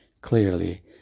clearly